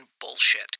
bullshit